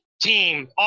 team